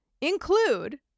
include